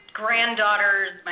granddaughters